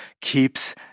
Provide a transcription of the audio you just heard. keeps